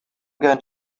going